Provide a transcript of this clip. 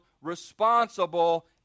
responsible